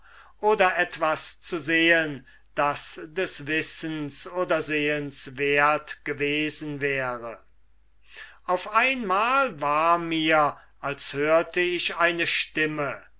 oder etwas zu sehen das des wissens wert gewesen wäre auf einmal war mir als höre ich eine stimme